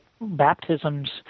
baptisms